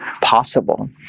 possible